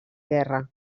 guerra